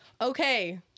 Okay